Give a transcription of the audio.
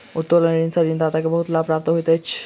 उत्तोलन ऋण सॅ ऋणदाता के बहुत लाभ प्राप्त होइत अछि